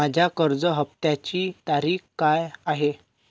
माझ्या कर्ज हफ्त्याची तारीख काय आहे?